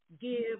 give